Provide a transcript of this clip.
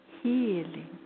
healing